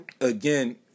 again